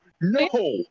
no